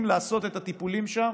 שמפסיקים לעשות את הטיפולים שם